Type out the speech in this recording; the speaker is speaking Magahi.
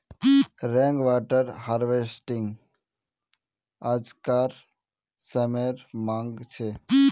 रेन वाटर हार्वेस्टिंग आज्कार समयेर मांग छे